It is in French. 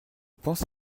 pense